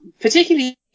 particularly